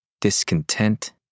Discontent